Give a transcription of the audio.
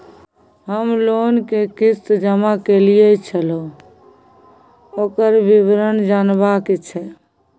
हम लोन के किस्त जमा कैलियै छलौं, ओकर विवरण जनबा के छै?